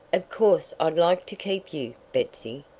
of course i'd like to keep you, betsy.